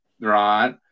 right